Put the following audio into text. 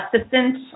Assistant